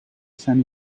san